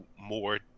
more